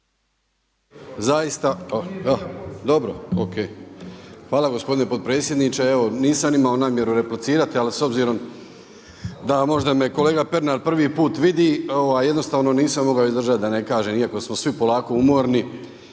naknadno uključen./… Hvala gospodine potpredsjedniče. Evo nisam imao namjeru replicirati ali s obzirom da me možda kolega Pernar prvi put vidi, jednostavno nisam mogao izdržati da ne kažem iako smo svi polako umorni,